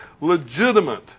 legitimate